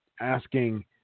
asking